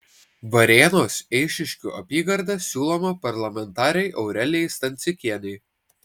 varėnos eišiškių apygarda siūloma parlamentarei aurelijai stancikienei